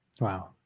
Wow